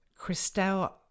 christelle